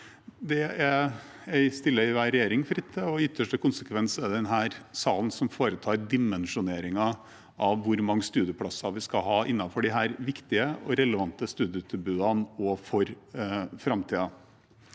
Det står enhver regjering fritt til, og i ytterste konsekvens er det denne salen som foretar dimensjoneringen av hvor mange studieplasser vi skal ha innenfor disse viktige og relevante studietilbudene også i framtiden.